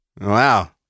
Wow